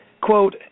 Quote